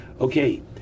Okay